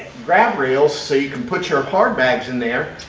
grab rails. so you can put your hard bags on there.